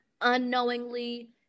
unknowingly